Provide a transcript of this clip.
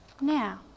Now